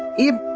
you.